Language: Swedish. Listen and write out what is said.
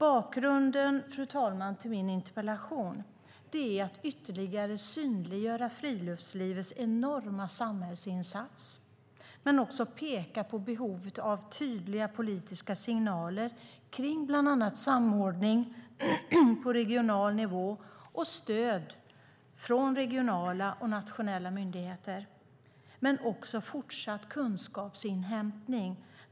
Avsikten, fru talman, med min interpellation är att ytterligare synliggöra friluftslivets enorma samhällsinsats men också att peka på behovet av tydliga politiska signaler om bland annat samordning på regional nivå, stöd från regionala och nationella myndigheter samt fortsatt kunskapsinhämtning.